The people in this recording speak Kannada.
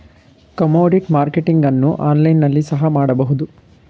ಕಮೋಡಿಟಿ ಮಾರ್ಕೆಟಿಂಗ್ ಅನ್ನು ಆನ್ಲೈನ್ ನಲ್ಲಿ ಸಹ ಮಾಡಬಹುದು